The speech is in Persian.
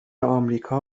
آمریکا